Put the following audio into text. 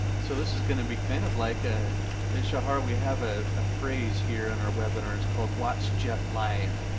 so this is gonna be kind of like a, and hey shahar we have ah a phrase here in our webinar. it's called watch jeff live.